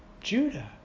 Judah